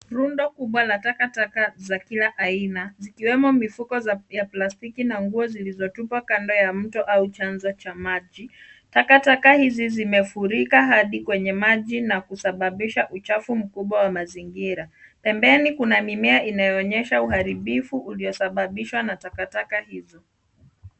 Rundo kubwa la takataka za kila iana zikiwemo mifugo za plastiki na nguo zilizotupwa kando ya mto au chanzo cha maji. Taka taka hizi zimefurika hadi kwenye maji na kusababisha uchafu mkubwa wa mazingira. Pembeni kuna mimea inayoonyesha uharibifu uliosababishwa na takakata hizo.